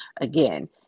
again